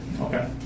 Okay